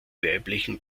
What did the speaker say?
weiblichen